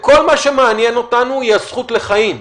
וכל מה שמעניין אותנו היא הזכות לחיים.